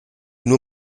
nur